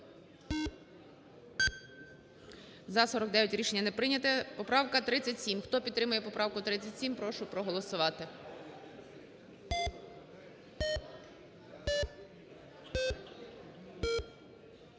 За-49 Рішення не прийнято. Поправка 37. Хто підтримує поправку 37, прошу проголосувати.